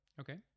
Okay